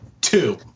Two